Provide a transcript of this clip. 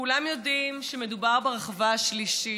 כולם יודעים שמדובר ברחבה השלישית,